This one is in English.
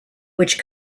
which